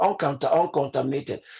uncontaminated